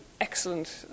excellent